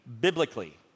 biblically